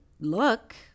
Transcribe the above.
look